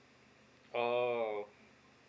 oo